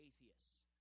atheists